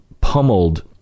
pummeled